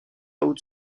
haute